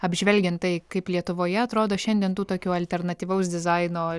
apžvelgiant tai kaip lietuvoje atrodo šiandien tų tokių alternatyvaus dizaino